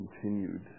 continued